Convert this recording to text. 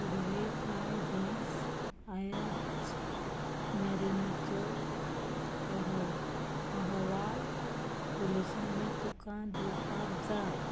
फुडले कांय दीस आयज मेरेनाचो अहव् अहवाल पुलिसांनी तुका दिवपाक जाय